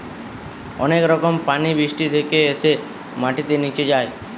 অনেক রকম পানি বৃষ্টি থেকে এসে মাটিতে নিচে যায়